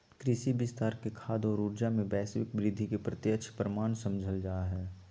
कृषि विस्तार के खाद्य और ऊर्जा, में वैश्विक वृद्धि के प्रत्यक्ष परिणाम समझाल जा हइ